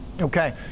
Okay